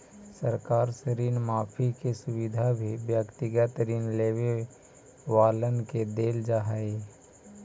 सरकार से ऋण माफी के सुविधा भी व्यक्तिगत ऋण लेवे वालन के देल जा हई